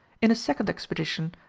in a second expedition,